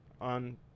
on